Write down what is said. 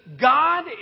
God